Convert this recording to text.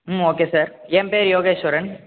ம் okay sir என் பேர் யோகேஷ்வரன்